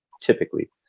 typically